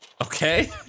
Okay